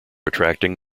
attracting